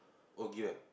all give eh